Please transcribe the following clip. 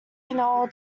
they’ll